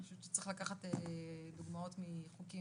אני חושבת שצריך לקחת דוגמאות אפילו מחוקים